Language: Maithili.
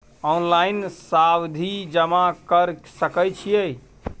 ऑनलाइन सावधि जमा कर सके छिये?